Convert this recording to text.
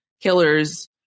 killers